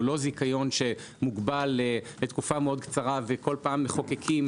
לא זיכיון שמוגבל לתקופה מאוד קצרה וכל פעם מחוקקים